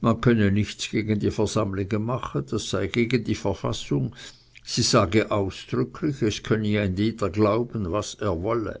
man könne nichts gegen die versammlige mache das sei gegen die verfassig die sage ausdrücklich es könne ein jeder glauben was er wolle